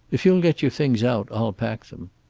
if you'll get your things out i'll pack them.